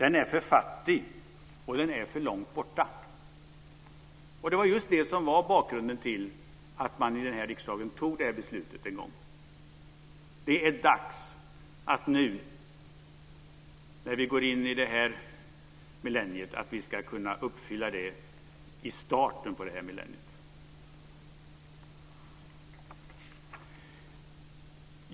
Den är för fattig, och den är för långt borta. Det var just det som var bakgrunden till att man i riksdagen fattade detta beslut en gång. Det är dags att nå målet i starten på det nya millenniet.